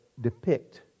depict